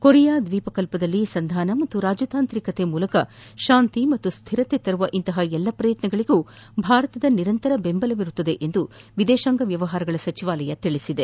Korea ದ್ವೀಪಕಲ್ಪದಲ್ಲಿ ಸಂಧಾನ ಮತ್ತು ರಾಜತಾಂತ್ರಿಕತೆ ಮೂಲಕ ಶಾಂತಿ ಮತ್ತು ಸ್ಲಿರತೆ ತರುವ ಇಂತಹ ಎಲ್ಲ ಪ್ರಯತ್ನಗಳಿಗೆ ಭಾರತದ ನಿರಂತರ ಬೆಂಬಲವಿರುತ್ತದೆ ಎಂದು ವಿದೇಶಾಂಗ ವ್ಯವಹಾರಗಳ ಸಚಿವಾಲಯ ತಿಳಿಸಿದೆ